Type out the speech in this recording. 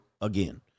again